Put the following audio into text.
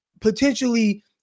potentially